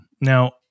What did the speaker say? Now